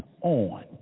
on